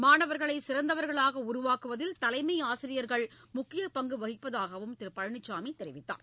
மாணவர்களை சிறந்தவர்களாக உருவாக்குவதில் தலைமை ஆசிரியர்கள் முக்கிய பங்கு வகிப்பதாகவும் திரு பழனிசாமி தெரிவித்தார்